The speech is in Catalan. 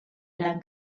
gran